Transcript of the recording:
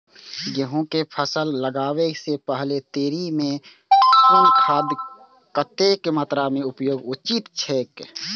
गेहूं के फसल लगाबे से पेहले तरी में कुन खादक कतेक मात्रा में उपयोग उचित छेक?